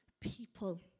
people